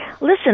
Listen